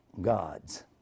gods